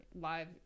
live